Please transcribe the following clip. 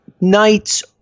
nights